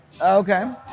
Okay